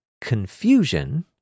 confusion